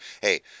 Hey